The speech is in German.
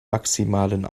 maximalen